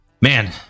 Man